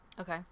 okay